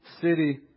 city